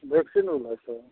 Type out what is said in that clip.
vaccine ओनहर छै